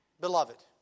beloved